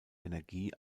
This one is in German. energie